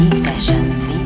Sessions